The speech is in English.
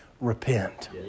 repent